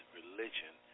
religion